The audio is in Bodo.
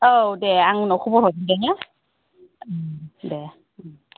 औ दे आं उनाव खबर हरफिनगोन दे दे